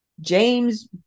James